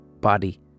body